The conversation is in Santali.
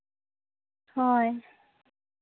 ᱦᱳᱭ